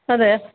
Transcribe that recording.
അതെ